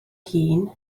hŷn